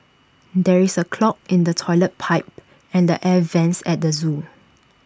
there is A clog in the Toilet Pipe and the air Vents at the Zoo